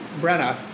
Brenna